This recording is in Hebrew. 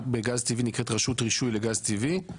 בגז טבעי נקראת רשות רישוי לגז טבעי.